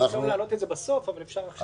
אפשר להעלות את זה בסוף אבל אפשר גם עכשיו.